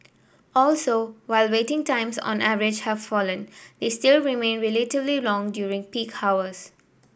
also while waiting times on average have fallen they still remain relatively long during peak hours